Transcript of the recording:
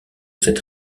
cette